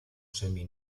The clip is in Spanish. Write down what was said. semi